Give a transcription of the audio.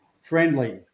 friendly